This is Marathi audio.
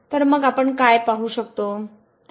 तर मग आपण काय पाहू शकतो